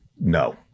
no